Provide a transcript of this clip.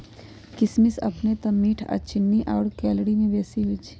किशमिश अपने तऽ मीठ आऽ चीन्नी आउर कैलोरी में बेशी होइ छइ